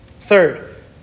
Third